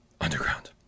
Underground